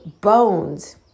bones